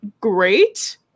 great